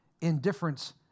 indifference